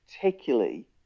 particularly